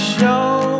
Show